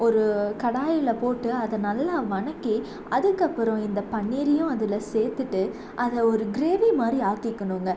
ஒரு கடாயில் போட்டு அதை நல்லா வணக்கி அதுக்கப்புறம் இந்த பன்னீரையும் அதில் சேர்த்துட்டு அதை ஒரு கிரேவி மாதிரி ஆக்கிக்கணுங்க